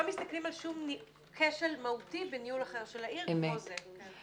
לא מסתכלים על שום כשל מהותי בניהול אחר של העיר כמו זה.